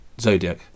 Zodiac